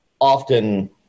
often